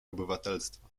obywatelstwa